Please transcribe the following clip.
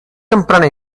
temprana